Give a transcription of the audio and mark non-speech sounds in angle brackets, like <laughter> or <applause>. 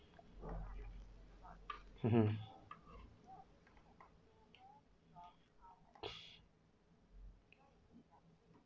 hmm mm <breath>